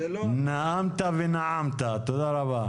נאמת ונעמת, תודה רבה.